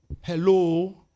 Hello